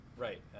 Right